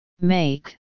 make